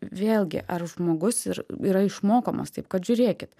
vėlgi ar žmogus ir yra išmokomos taip kad žiūrėkit